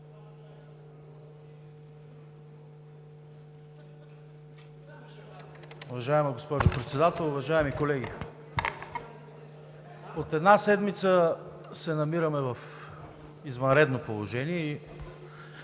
Уважаема госпожо Председател, уважаеми колеги! От една седмица се намираме в извънредно положение и